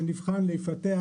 יבחן ויפתח,